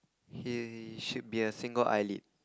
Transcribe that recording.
he should be a single eyelid